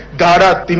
da da